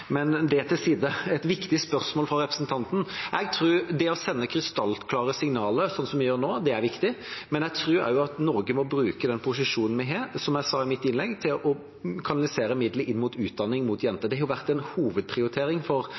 Men det til side – det er et viktig spørsmål fra representanten. Jeg tror det å sende krystallklare signaler, sånn som vi gjør nå, er viktig, men jeg tror også at Norge må bruke den posisjonen vi har, som jeg sa i mitt innlegg, til å kanalisere midler inn mot utdanning av jenter. Det har vært en hovedprioritering for